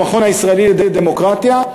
במכון הישראלי לדמוקרטיה,